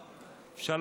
אפשר?